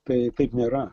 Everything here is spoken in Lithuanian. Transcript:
tai taip nėra